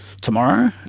tomorrow